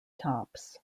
tops